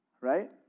right